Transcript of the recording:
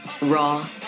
Raw